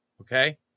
okay